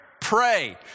Pray